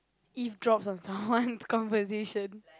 eavesdrop on someone's conversation